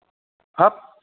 हाब